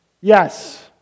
Yes